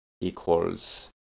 equals